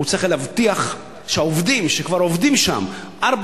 הוא צריך להבטיח שהעובדים שכבר עובדים ארבע,